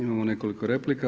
Imamo nekoliko replika.